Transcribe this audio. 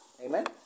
Amen